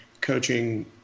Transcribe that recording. coaching